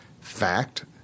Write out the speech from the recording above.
fact